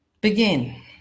begin